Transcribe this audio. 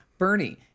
Bernie